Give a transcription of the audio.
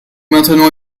maintenons